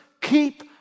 keep